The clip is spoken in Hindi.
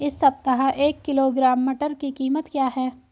इस सप्ताह एक किलोग्राम मटर की कीमत क्या है?